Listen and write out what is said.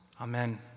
Amen